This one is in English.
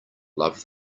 love